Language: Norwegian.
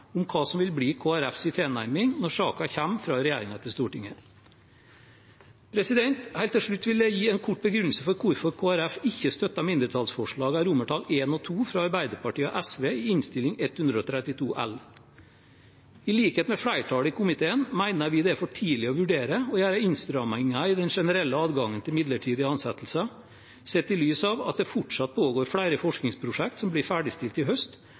om hva som vil bli Kristelig Folkepartis tilnærming når saken kommer fra regjeringen til Stortinget. Helt til slutt vil jeg gi en kort begrunnelse for hvorfor Kristelig Folkeparti ikke støtter mindretallsforslag nr. 1 – forslag til I og II – fra Arbeiderpartiet og Sosialistisk Venstreparti, i Innst. 132 L. I likhet med flertallet i komiteen mener vi det er for tidlig å vurdere å gjøre innstramminger i den generelle adgangen til midlertidige ansettelser, sett i lys av at det fortsatt pågår flere forskningsprosjekter som blir ferdigstilt